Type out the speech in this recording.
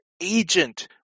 agent